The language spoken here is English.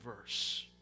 verse